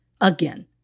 Again